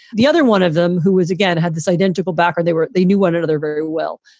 the other one of them who is, again, had this identical backer, they were they knew one another very well,